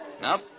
Nope